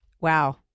Wow